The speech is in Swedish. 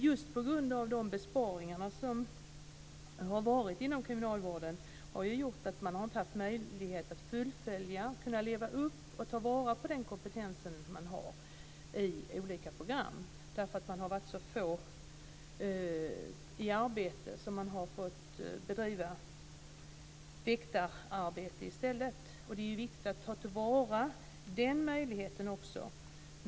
Men de besparingar som har skett inom kriminalvården har ju gjort att man inte har haft möjlighet att fullfölja detta och kunnat leva upp till och ta vara på den kompetens som finns i olika program därför att det har varit så få i arbete att man har fått bedriva väktararbete i stället. Och det är ju viktigt att ta till vara den möjligheten också.